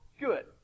good